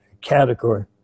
category